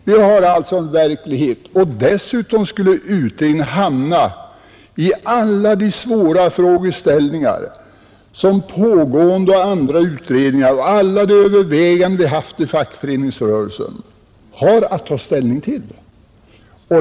Vi har alltså en verklighet att ta hänsyn till. Dessutom skulle utredningen hamna i alla de svåra frågeställningar som pågående och andra utredningar har att ta ställning till.